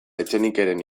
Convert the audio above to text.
etxenikeren